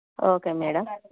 okay madam